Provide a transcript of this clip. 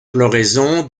floraison